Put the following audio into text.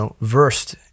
versed